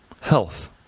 health